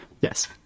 yes